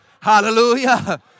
Hallelujah